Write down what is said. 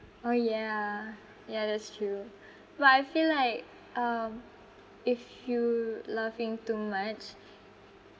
oh yeah yeah that's true but I feel like (um)if you laughing too much